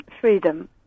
freedom